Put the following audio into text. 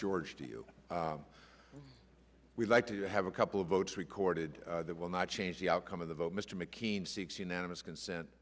george to you we'd like to have a couple of votes recorded that will not change the outcome of the vote mr mckeen seeks unanimous consent